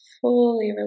fully